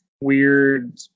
weird